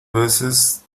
veces